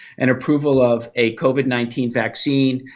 and approval of a covid nineteen vaccine.